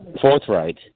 Forthright